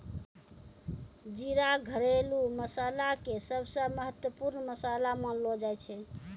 जीरा घरेलू मसाला के सबसॅ महत्वपूर्ण मसाला मानलो जाय छै